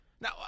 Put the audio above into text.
Now